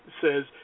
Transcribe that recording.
says